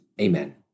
Amen